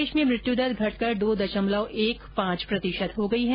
देश में मृत्यु दर घट कर दो दशमलव एक पांच हो गई है